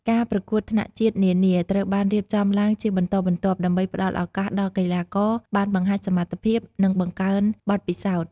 ការប្រកួតថ្នាក់ជាតិនានាត្រូវបានរៀបចំឡើងជាបន្តបន្ទាប់ ដើម្បីផ្ដល់ឱកាសដល់កីឡាករបានបង្ហាញសមត្ថភាព និងបង្កើនបទពិសោធន៍។